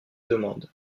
demande